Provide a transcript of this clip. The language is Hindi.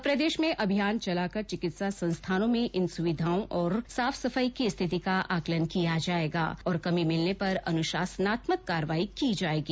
अब प्रदेश में अभियान चलाकर चिकित्सा संस्थानों में इन सुविधाओं और साफ सफाई की स्थिति का आकलन किया जाएगा और कमी मिलने पर अनुशासनात्मक कार्रवाई की जाएगी